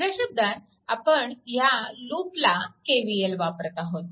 दुसऱ्या शब्दात आपण ह्या लूपला KVL वापरत आहोत